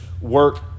work